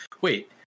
Wait